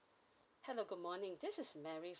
hello good morning this is mary